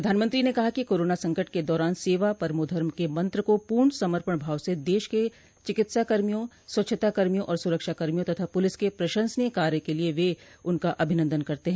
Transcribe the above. प्रधानमंत्री ने कहा कि कोरोना संकट के दौरान सेवा परमोधर्म के मंत्र को पूर्ण समर्पण भाव से देश के चिकित्साकर्मियों स्वच्छताकर्मियों और सुरक्षाकर्मियों तथा पुलिस क प्रशंसनीय कार्य के लिए वे उनका अभिनंदन करते हैं